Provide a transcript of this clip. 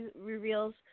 reveals